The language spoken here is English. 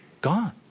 gone